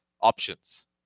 options